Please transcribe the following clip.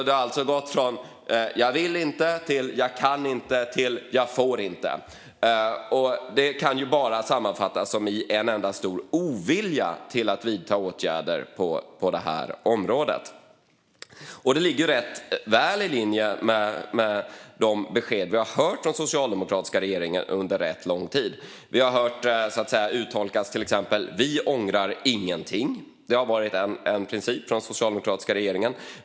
Det har alltså gått från jag vill inte till jag kan inte till jag får inte. Detta kan bara sammanfattas som en enda stor ovilja att vidta åtgärder på detta område, vilket ligger väl i linje med de besked vi har fått från socialdemokratiska regeringar under rätt lång tid. Vi ångrar inget, har varit en princip från den socialdemokratiska regeringen.